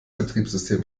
betriebssystem